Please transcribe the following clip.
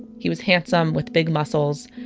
he was handsome, with big muscles.